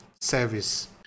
service